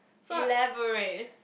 elaborate